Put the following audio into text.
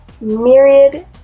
myriad